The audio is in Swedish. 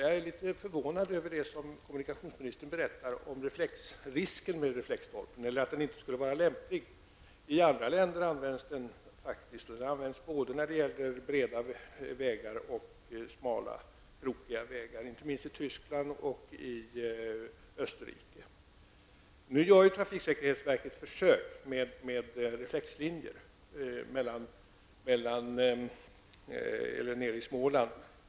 Jag är litet förvånad över det som kommunikationsministern berättar om att reflexstolpen inte skulle vara lämplig. I andra länder, inte minst i Tyskland och Österrike, används den faktiskt, både när det gäller breda vägar och smala, krokiga vägar. Trafiksäkerhetsverket gör nu nere i Småland försök med reflexlinjer.